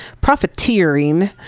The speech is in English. profiteering